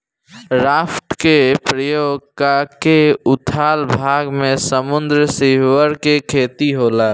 raft के प्रयोग क के उथला भाग में समुंद्री सिवार के खेती होला